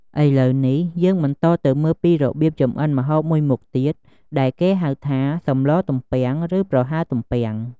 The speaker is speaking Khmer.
ឥឡូវនេះ យើងបន្តទៅមើលពីរបៀបចម្អិនម្ហូបមួយមុខទៀត ដែលគេហៅថាសម្លទំពាំង ឬ ប្រហើរទំពាំង។